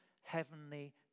heavenly